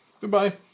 goodbye